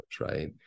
right